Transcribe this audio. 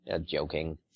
Joking